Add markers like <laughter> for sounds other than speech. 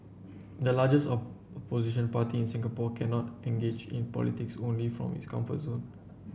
the largest <unintelligible> opposition party in Singapore cannot engage in politics only from its comfort zone